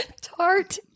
tart